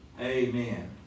Amen